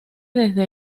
desde